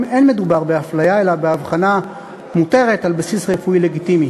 אין מדובר באפליה אלא בהבחנה מותרת על בסיס רפואי לגיטימי: